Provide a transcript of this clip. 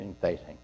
facing